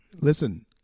listen